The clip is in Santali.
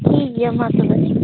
ᱴᱷᱤᱠ ᱜᱮᱭᱟ ᱢᱟ ᱛᱚᱵᱮ